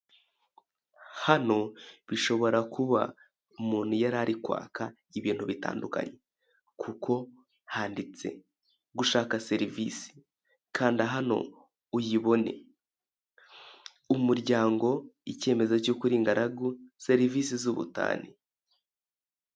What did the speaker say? Hano bishobora kuba umuntu yari ari kwaka ibintu bitandukanye. Kuko handitse: " Gushaka serivise, kanda hano, uyibone. Umuryango, icyemezo cy'uko uri ingaragu, serivise z'ubutane."